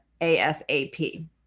ASAP